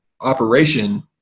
operation